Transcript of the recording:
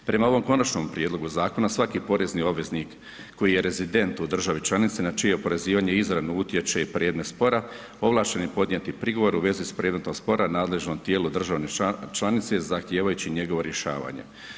Prema ovom konačnom prijedlogu zakona svaki porezni obveznik koji je rezident u državi članici na čije oporezivanje izravno utječe i predmet spora ovlašten je podnijeti prigovor u vezi sa predmetom spora nadležnom tijelu države članice zahtijevajući njegovo rješavanje.